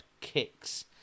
kicks